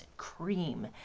cream